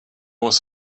was